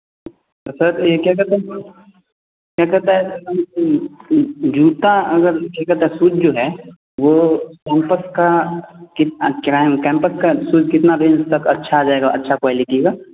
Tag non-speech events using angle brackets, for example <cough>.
sir यह क्या कहते क्या कहता है <unintelligible> जूता अगर यह कहते है शूज जो है वह कैंपस का कितना क्राइम कैंपस का शूज़ कितना रेंज तक अच्छा आ जाएगा अच्छा क्वालिटी का